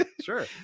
Sure